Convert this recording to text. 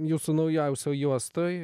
jūsų naujausioj juostoj